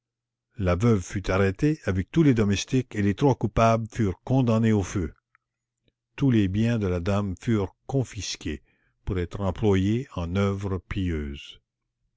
la veuve fut arrêtée avec tous les domestiques et les trois coupables furent condamnés au feu tous les biens de la dame furent confisqués pour être employés en oeuvres pieuses